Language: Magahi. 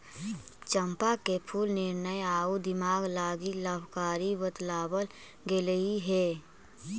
चंपा के फूल निर्णय आउ दिमाग लागी लाभकारी बतलाबल गेलई हे